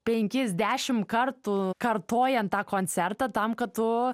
penkis dešim kartų kartojant tą koncertą tam kad tu